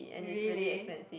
really